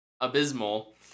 abysmal